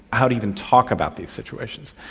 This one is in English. how to even talk about these situations.